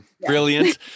Brilliant